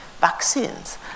vaccines